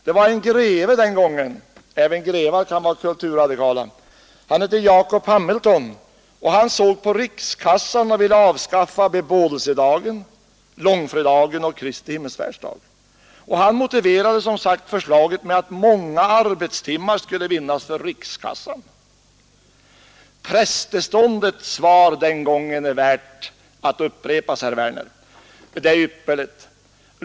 Det var en greve den gången — även grevar kan vara kulturradikala — som hette Jacob Hamilton och som såg till rikskassan, när han ville avskaffa Marie Bebådelsedagen, Långfredagen och Kristi himmelfärdsdag. Han motiverade förslaget med att många arbetstimmar skulle vinnas för rikskassan. Prästeståndets svar den gången är värt att upprepas. Det är ypperligt.